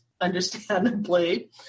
understandably